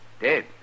Dead